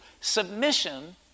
Submission